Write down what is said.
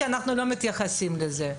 כי הם לא מתייחסים לזה.